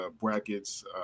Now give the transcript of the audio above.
brackets